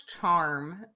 charm